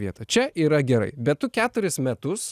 vietą čia yra gerai bet tu keturis metus